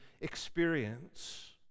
experience